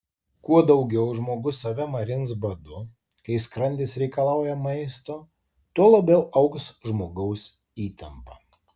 kuo daugiau žmogus save marins badu kai skrandis reikalauja maisto tuo labiau augs žmogaus įtampa